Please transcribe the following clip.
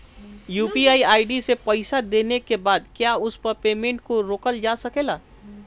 UPI से पईसा देने के बाद क्या उस पेमेंट को रोकल जा सकेला?